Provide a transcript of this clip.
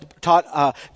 taught